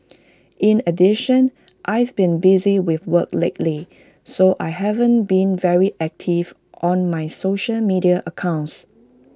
in addition I've been busy with work lately so I haven't been very active on my social media accounts